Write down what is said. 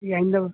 جی آئندہ